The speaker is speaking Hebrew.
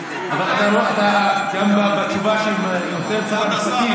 אבל גם בתשובה שנותן שר המשפטים,